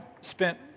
spent